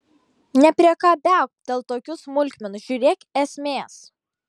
nepriekabiauk dėl tokių smulkmenų žiūrėk esmės